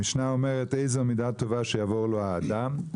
המשנה אומרת איזו מידה טובה שיבור לו האדם.